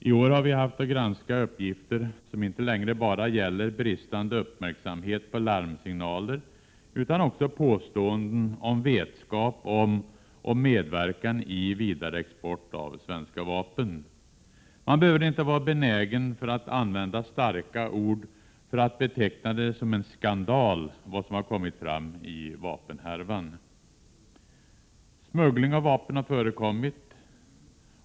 I år har vi haft att granska uppgifter som inte längre gäller bara bristande uppmärksamhet på larmsignaler utan också påståenden om vetskap om och medverkan i vidareexport av svenska vapen. Man behöver inte vara benägen att använda starka ord för att beteckna vad som kommit fram i vapenhärvan som en skandal. Smuggling av vapen har förekommit.